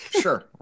sure